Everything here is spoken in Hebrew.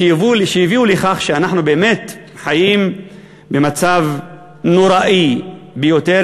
לכך שאנחנו באמת חיים במצב נורא ביותר,